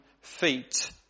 feet